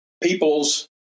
people's